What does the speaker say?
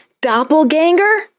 Doppelganger